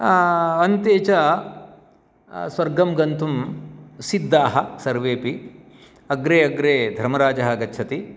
अन्ते च स्वर्गं गन्तुं सिद्धाः सर्वेपि अग्रे अग्रे धर्मराजः गच्छति